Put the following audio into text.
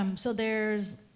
um so there's,